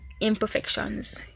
imperfections